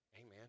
Amen